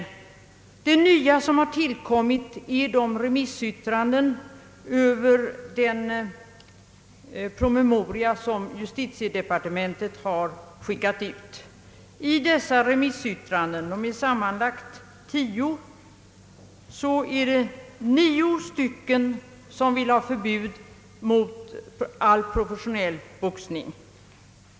Det nya som tillkommit är remissyttrandena över den promemoria som justitiedepartementet har skickat ut. Av dessa remissyttranden — de är sammanlagt 10 — framgår att 9 remissinstanser vill ha förbud mot all professionell boxning.